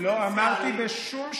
לא אמרתי בשום שלב,